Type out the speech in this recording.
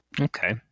Okay